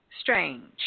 strange